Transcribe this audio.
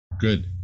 Good